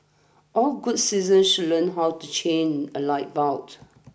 all good citizens should learn how to change a light bult